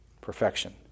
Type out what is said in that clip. Perfection